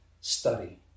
study